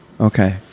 okay